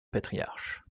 patriarches